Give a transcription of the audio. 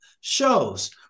shows